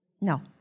No